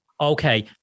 Okay